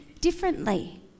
differently